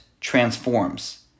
transforms